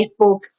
Facebook